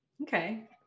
Okay